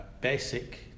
basic